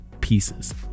pieces